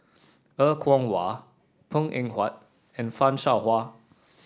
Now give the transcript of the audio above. Er Kwong Wah Png Eng Huat and Fan Shao Hua